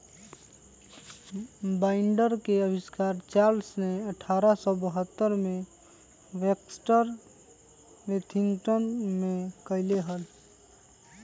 binder के आविष्कार Charles ने अठारह सौ बहत्तर में बैक्सटर विथिंगटन में कइले हल